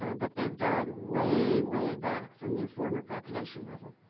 but they've died way, way back from their former population level.